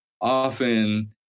often